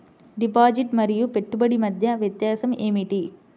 Deposit మరియు పెట్టుబడి మధ్య వ్యత్యాసం ఏమిటీ?